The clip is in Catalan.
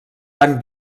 van